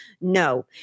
No